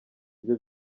bye